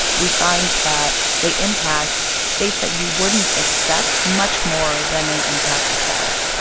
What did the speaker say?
we find that they impact states that you wouldn't expect much more than they impact the south.